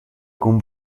con